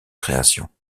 créations